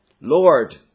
Lord